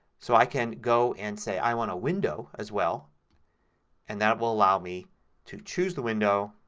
so i can go and say i want a window as well and that will allow me to choose the window,